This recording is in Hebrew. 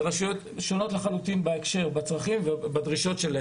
זה רשויות שונות לחלוטין בצרכים ובדרישות.